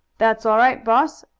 that's all right, boss.